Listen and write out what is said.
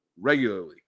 regularly